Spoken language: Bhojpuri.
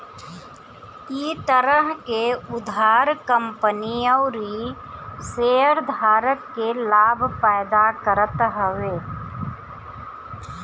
इ तरह के उधार कंपनी अउरी शेयरधारक के लाभ पैदा करत हवे